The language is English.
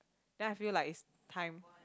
then I feel like is time